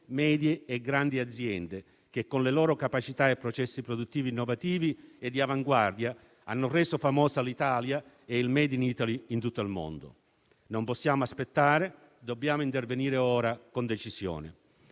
medie e grandi aziende, che, con le loro capacità e processi produttivi innovativi e d'avanguardia, hanno reso famosa l'Italia e il *made in Italy* in tutto il mondo. Non possiamo aspettare; dobbiamo intervenire ora, con decisione.